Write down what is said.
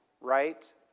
right